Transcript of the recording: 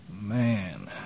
Man